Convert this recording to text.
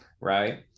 right